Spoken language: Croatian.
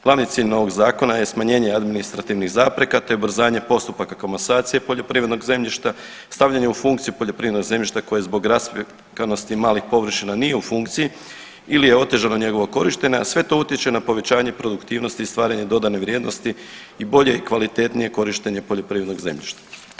Glavni cilj novog zakona je smanjenje administrativnih zapreka, te ubrzanje postupaka komasacije poljoprivrednog zemljišta, stavljanje u funkciju poljoprivrednog zemljišta koje zbog rascjepkanosti malih površina nije u funkciji ili je otežano njegovo korištenje, a sve to utječe na povećanje produktivnosti i stvaranje dodane vrijednosti i bolje i kvalitetnije korištenje poljoprivrednog zemljišta.